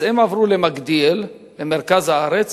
אז הם עברו למגדיאל, למרכז הארץ,